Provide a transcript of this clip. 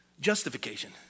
justification